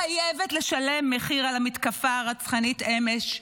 חייבת לשלם מחיר על המתקפה הרצחנית אמש,